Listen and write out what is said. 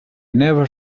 never